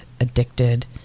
addicted